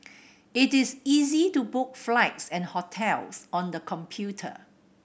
it is easy to book flights and hotels on the computer